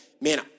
man